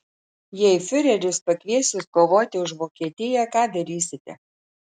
jei fiureris pakvies jus kovoti už vokietiją ką darysite